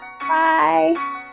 Bye